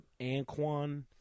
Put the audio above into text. Anquan